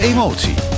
Emotie